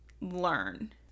learn